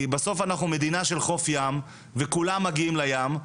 כי בסוף אנחנו מדינה של חוף ים, וכולם מגיעים לים.